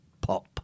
Pop